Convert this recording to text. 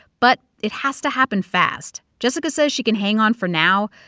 but it has to happen fast. jessica says she can hang on for now,